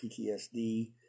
PTSD